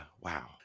Wow